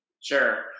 Sure